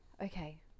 okay